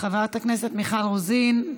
חברת הכנסת מיכל רוזין,